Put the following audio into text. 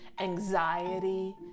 anxiety